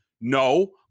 No